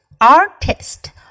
Artist